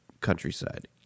countryside